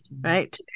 right